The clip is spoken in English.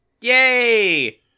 Yay